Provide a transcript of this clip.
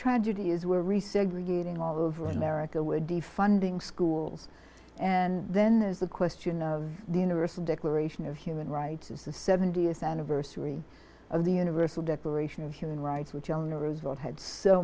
tragedy is where resegregating all over america would defunding schools and then there's the question of the universal declaration of human rights is the seventieth anniversary of the universal declaration of human rights which eleanor roosevelt had so